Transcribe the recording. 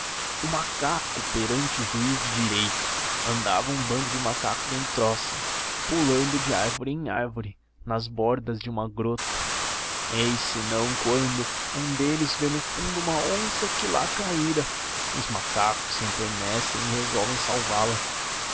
o macaco perante o juiz de direito andava um bando de macacos em troça pulando de árvore em árvore nas bordas de uma grota eis senão quando um deles vê no fundo uma onça que lá caíra os macacos se enternecem e resolvem salvá la